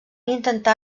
intentar